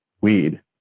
weed